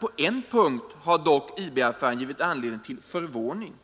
”På en punkt har dock IB-affären givit anledning till förvåning.